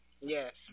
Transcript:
Yes